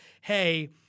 hey